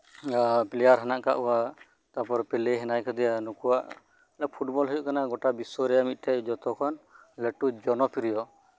ᱮᱫ ᱯᱞᱮᱭᱟᱨ ᱢᱮᱱᱟᱜ ᱠᱚᱣᱟ ᱛᱟᱨᱯᱚᱨ ᱯᱮᱞᱮ ᱦᱮᱱᱟᱭ ᱟᱠᱟᱫᱮᱭᱟ ᱱᱩᱠᱩᱣᱟᱜ ᱯᱷᱩᱴᱵᱚᱞ ᱦᱳᱭᱳᱜ ᱠᱟᱱᱟ ᱜᱳᱴᱟ ᱵᱤᱥᱥᱚ ᱨᱮᱭᱟᱜ ᱢᱤᱫ ᱴᱮᱱ ᱡᱷᱚᱛᱚᱠᱷᱚᱱ ᱞᱟᱹᱴᱩ ᱡᱚᱱᱚᱯᱨᱤᱭᱚ